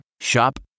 Shop